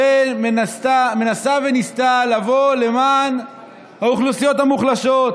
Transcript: שמנסה וניסתה לבוא למען האוכלוסיות המוחלשות,